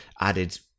added